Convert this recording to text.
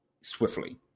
swiftly